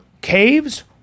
caves